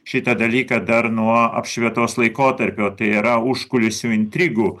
šitą dalyką dar nuo apšvietos laikotarpio tai yra užkulisių intrigų